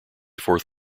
fourth